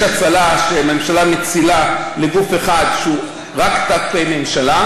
יש האצלה שהממשלה מאצילה לגוף אחד שהוא רק ת"פ ממשלה,